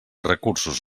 recursos